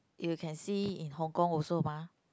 you can see in Hong-Kong also mah